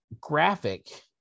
graphic